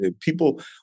people